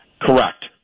Correct